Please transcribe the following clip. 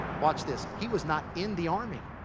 watch this. he was not in the army.